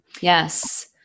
Yes